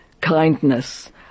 kindness